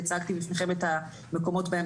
בפעם הקודמת אני הצגתי בפניכם את המקומות שבהם